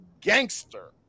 gangster